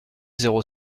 zéro